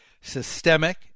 systemic